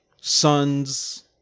sons